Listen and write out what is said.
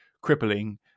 crippling